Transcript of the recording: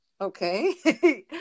okay